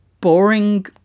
boring